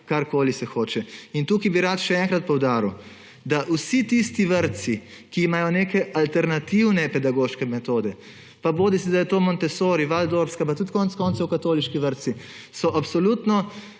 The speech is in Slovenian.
karkoli se hoče. Tukaj bi rad še enkrat poudaril, da vsi tisti vrtci, ki imajo neke alternativne pedagoške metode, bodisi da je to montessori, valdorfska, pa tudi konec koncev katoliški vrtci, so absolutno